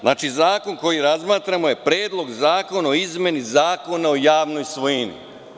Zakon koji razmatramo je Predlog zakona o izmeni Zakona o javnoj svojini.